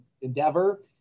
endeavor